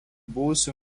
buvusių